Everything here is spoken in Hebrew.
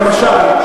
למשל.